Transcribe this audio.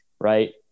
right